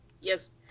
yes